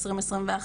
ב-2021,